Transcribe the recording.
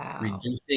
Reducing